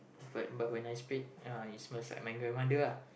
but but when I sprayed uh it smells like my grandmother ah